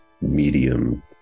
medium